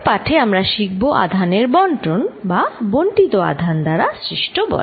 আগামী পাঠে আমরা শিখব আধানের বন্টন বা বন্টিত আধান দ্বারা সৃষ্ট বল